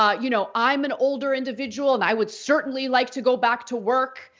um you know i'm an older individual and i would certainly like to go back to work,